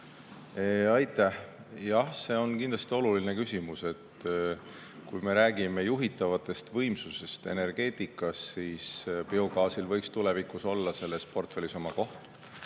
Aitäh! Jah, see on kindlasti oluline küsimus. Kui me räägime juhitavatest võimsustest energeetikas, siis biogaasil võiks tulevikus olla selles portfellis oma koht.